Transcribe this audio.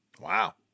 Wow